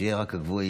שיהיו רק הגבוהים,